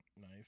nice